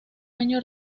año